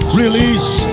release